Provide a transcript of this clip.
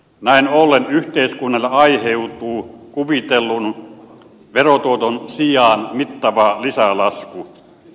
näin ollen yhteiskunnalle aiheutuu kuvitellun verotuoton sijaan mittava lisälasku